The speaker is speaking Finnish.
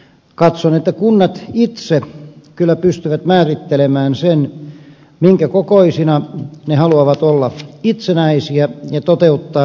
katson että kunnat itse kyllä pystyvät määrittelemään sen minkä kokoisina ne haluavat olla itsenäisiä ja toteuttaa lähidemokratiaa